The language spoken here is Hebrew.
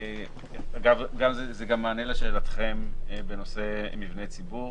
אגב, זה גם מענה לשאלתכם בנושא מבני ציבור.